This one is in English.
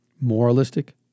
Moralistic